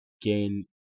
gain